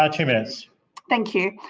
ah two minutes thank you.